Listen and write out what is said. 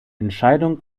entscheidung